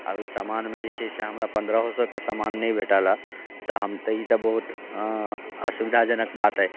आब एहि सामानमे जे छै हमरा पन्द्रहो सए के सामान नहि भेटलए तऽ हम तऽ ई तऽ बहुत असुविधाजनक बात अइ